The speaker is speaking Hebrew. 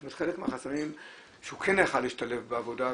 זאת אומרת חלק מהחסמים שהוא כן יכול היה להשתלב בעבודה ולהתקבל,